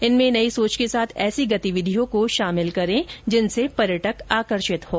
इनमें नई सोच के साथ ऐसी गतिविधियों को शामिल करें जिनसे पर्यटक आकर्षित हों